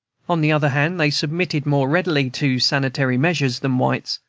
on the other hand, they submitted more readily to sanitary measures than whites,